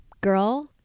girl